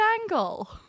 angle